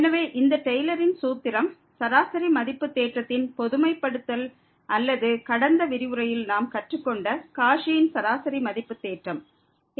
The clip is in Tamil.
எனவே இந்த டெய்லரின் சூத்திரம் சராசரி மதிப்பு தேற்றத்தின் பொதுமைப்படுத்தல் அல்லது கடந்த விரிவுரையில் நாம் கற்றுக்கொண்ட காச்சியின் சராசரி மதிப்பு தேற்றம் ஆகும்